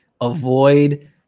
avoid